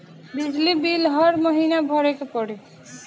बिजली बिल हर महीना भरे के पड़ी?